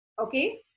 Okay